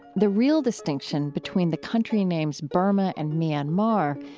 the real distinction between the country names burma and myanmar,